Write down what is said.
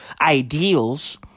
ideals